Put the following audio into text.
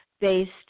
based